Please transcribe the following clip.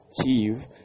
achieve